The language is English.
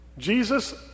Jesus